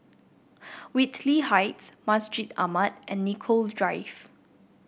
Whitley Heights Masjid Ahmad and Nicoll Drive